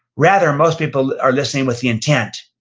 rather, most people are listening with the intent